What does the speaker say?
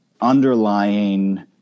underlying